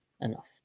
enough